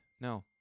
No